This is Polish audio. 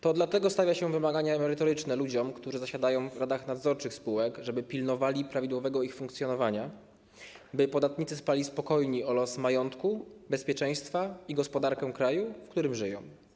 To dlatego stawia się wymagania merytoryczne ludziom, którzy zasiadają w radach nadzorczych spółek, żeby pilnowali prawidłowego ich funkcjonowania, by podatnicy spali spokojni o los majątku, bezpieczeństwo i gospodarkę kraju, w którym żyją.